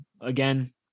Again